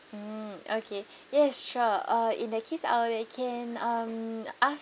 mm okay yes sure uh in that case I'll can um ask